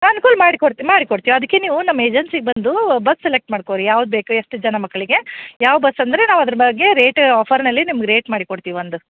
ಅನ್ಕೂಲ ಮಾಡಿ ಕೊಡ್ತೀನಿ ಮಾಡಿ ಕೊಡ್ತೀವಿ ಅದಕ್ಕೆ ನೀವು ನಮ್ಮ ಏಜೆನ್ಸಿಗೆ ಬಂದು ಬಸ್ ಸೆಲೆಕ್ಟ್ ಮಾಡ್ಕೋ ರೀ ಯಾವ್ದು ಬೇಕು ಎಷ್ಟು ಜನ ಮಕ್ಕಳಿಗೆ ಯಾವ ಬಸ್ ಅಂದರೆ ನಾವು ಅದ್ರ ಬಗ್ಗೆ ರೇಟ ಆಫರ್ನಲ್ಲಿ ನಿಮ್ಗೆ ರೇಟ್ ಮಾಡಿ ಕೊಡ್ತೀವಿ ಒಂದು